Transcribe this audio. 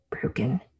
broken